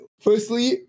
Firstly